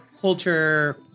culture